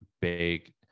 big